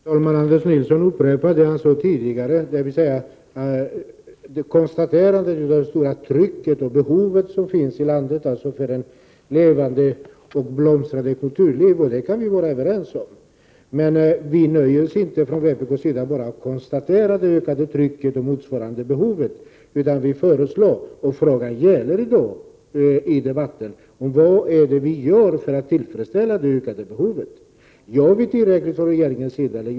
Herr talman! Anders Nilsson upprepade det han sade tidigare, nämligen trycket och behovet av ett levande och blomstrande kulturliv. Det kan vi vara överens om. Men vi i vpk nöjer oss inte med att bara konstatera det ökade trycket och motsvarande behov, utan vi ställer i debatten frågor om vad som görs för att tillgodose det ökade behovet. Gör regeringen tillräckligt eller inte?